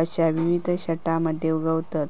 अश्या विविध छटांमध्ये उगवतत